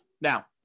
Now